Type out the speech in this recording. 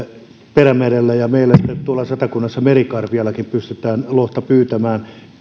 perämerellä ja meillä tuolla satakunnassa merikarviallakin pystytään lohta pyytämään kaupalliseen